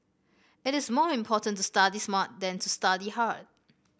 it is more important to study smart than to study hard